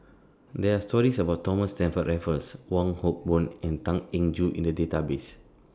There Are stories about Thomas Stamford Raffles Wong Hock Boon and Tan Eng Joo in The Database